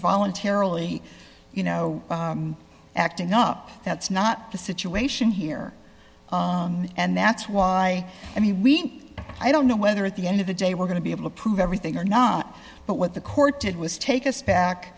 voluntarily you know acting up that's not the situation here and that's why i mean i don't know whether at the end of the day we're going to be able to prove everything or not but what the court did was take us back